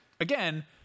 again